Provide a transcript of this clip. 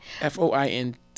F-O-I-N-T